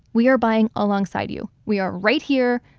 we are buying alongside you. we are right here.